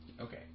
Okay